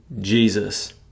Jesus